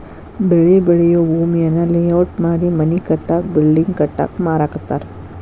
ಬೆಳಿ ಬೆಳಿಯೂ ಭೂಮಿಯನ್ನ ಲೇಔಟ್ ಮಾಡಿ ಮನಿ ಕಟ್ಟಾಕ ಬಿಲ್ಡಿಂಗ್ ಕಟ್ಟಾಕ ಮಾರಾಕತ್ತಾರ